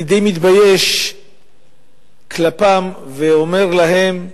אני די מתבייש כלפיהם ואומר להם: